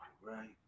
right